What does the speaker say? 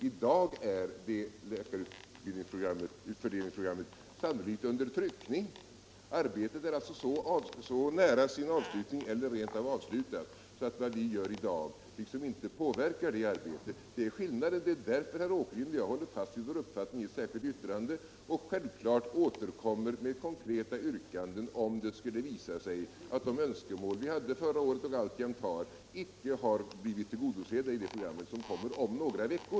I dag är läkarfördelningsprogrammet sannolikt under tryckning. Arbetet är alltså nära sin avslutning eller rent av avslutat, och vad vi gör i dag påverkar inte det arbetet. Det är skillnaden, och det är därför herr Åkerlind och jag håller fast vid vår uppfattning i ett särskilt yttrande och självfallet återkommer med konkreta yrkanden om det skulle visa sig att de önskemål vi hade förra året och alltjämt har icke blivit tillgodosedda i det program som kommer om några veckor.